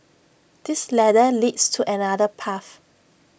this ladder leads to another path